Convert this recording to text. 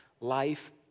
life